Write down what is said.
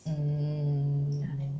mm